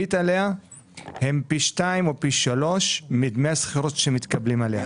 והריבית עליה הם פי 2 או פי 3 מדמי השכירות שמתקבלים עליה.